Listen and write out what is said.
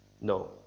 No